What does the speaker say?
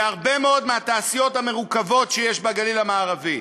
והרבה מאוד מהתעשיות המורכבות שיש בגליל המערבי,